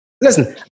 listen